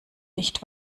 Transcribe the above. nicht